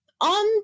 on